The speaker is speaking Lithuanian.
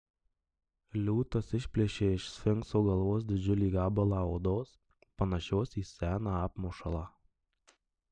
liūtas išplėšė iš sfinkso galvos didžiulį gabalą odos panašios į seną apmušalą